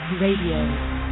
Radio